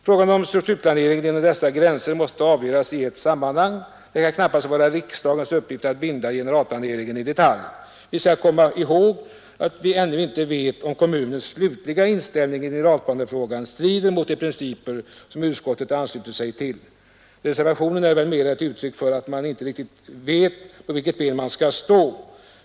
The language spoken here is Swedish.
Frågan om strukturplaneringen inom dessa gränser måste avgöras i ett annat sammanhang. Det kan knappast vara riksdagens uppgift att binda generalplaneringen i detalj. Vi bör komma ihåg att vi ännu inte vet om kommunens slutliga inställning i generalplanefrågan strider mot de principer som utskottet anslutit sig till. Reservationen är väl mera ett uttryck för att man inte riktigt vet på vilket ben man skall stå.